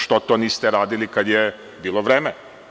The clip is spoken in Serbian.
Što to niste radili kada je bilo vreme?